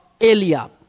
Eliab